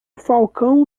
falcão